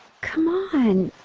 come on